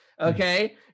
Okay